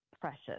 precious